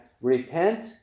Repent